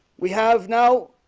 we have now